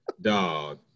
Dog